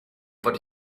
what